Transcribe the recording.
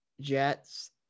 Jets